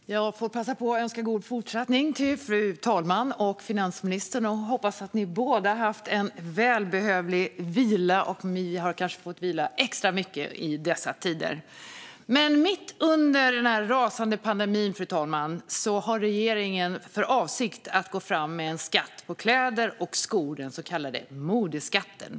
Fru talman! Jag får passa på att önska god fortsättning till fru talmannen och till finansministern. Jag hoppas att ni båda har haft en välbehövlig vila. Mitt under denna rasande pandemi har regeringen för avsikt att gå fram med en skatt på kläder och skor, den så kallade modeskatten.